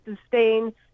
sustain